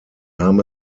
nahm